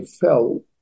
fell